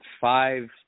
five